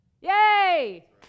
Yay